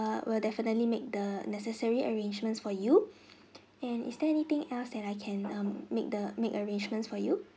we'll definitely make the necessary arrangements for you and is there anything else that I can um make the make arrangements for you